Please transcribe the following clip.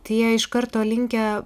tai jie iš karto linkę